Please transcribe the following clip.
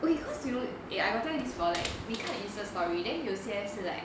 oh you cause you eh I got friend is for like 你看 insta story then 有些是 like